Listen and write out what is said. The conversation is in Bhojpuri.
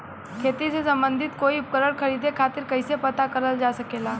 खेती से सम्बन्धित कोई उपकरण खरीदे खातीर कइसे पता करल जा सकेला?